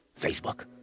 Facebook